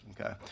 okay